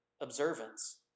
observance